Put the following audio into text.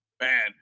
Man